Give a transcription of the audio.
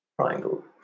triangle